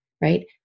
right